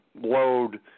load